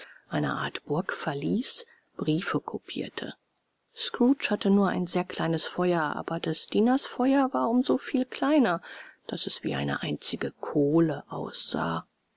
einer art burgverließ briefe kopierte scrooge hatte nur ein sehr kleines feuer aber des dieners feuer war um so viel kleiner daß es wie eine einzige kohle aussah